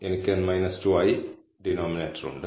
എനിക്ക് n 2 ആയി denominator ഉണ്ട്